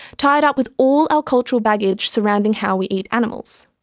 tied up with all our cultural baggage surrounding how we eat animals.